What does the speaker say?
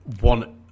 one